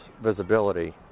visibility